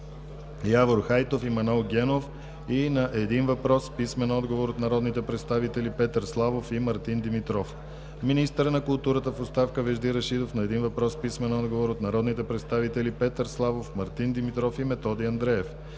на културата в оставка Вежди Рашидов – на един въпрос с писмен отговор от народните представители Петър Славов, Мартин